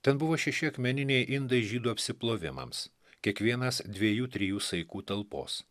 ten buvo šeši akmeniniai indai žydų apsiplovimams kiekvienas dviejų trijų saikų talpos